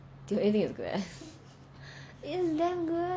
it's the only thing that is good leh it's damn good